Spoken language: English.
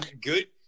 good